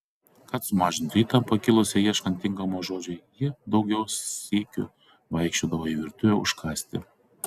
kad sumažintų įtampą kilusią ieškant tinkamo žodžio ji daug sykių vaikščiodavo į virtuvę užkąsti